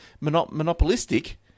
monopolistic